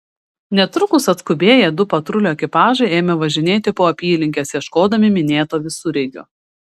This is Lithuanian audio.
netrukus atskubėję du patrulių ekipažai ėmė važinėti po apylinkes ieškodami minėto visureigio